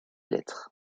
lettres